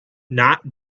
not